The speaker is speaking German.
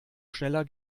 schneller